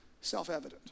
self-evident